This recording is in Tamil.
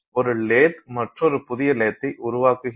ஒரு லேத் மற்றொரு புதிய லேத்தை உருவாக்குகிறது